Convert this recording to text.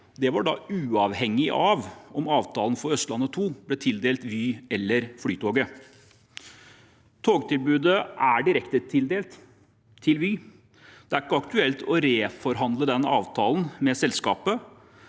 Det var uavhengig av om avtalen for Østlandet 2 ble tildelt Vy eller Flytoget. Togtilbudet er direktetildelt til Vy. Det er ikke aktuelt å reforhandle den avtalen med selskapet.